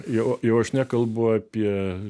jau jau aš nekalbu apie